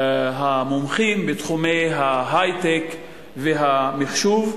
המומחים בתחומי ההיי-טק והמחשוב,